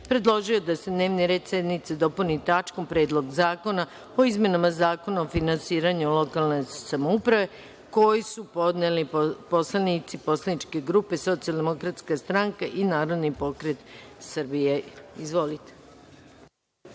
predložio je da se dnevni red sednice dopuni tačkom – Predlog zakona o izmenama Zakona o finansiranju lokalne samouprave, koji su podneli poslanici poslaničke grupe Socijaldemokratska stranka i Narodni pokret Srbije. Izvolite.